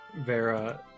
Vera